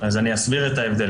אז אני אסביר את ההבדל.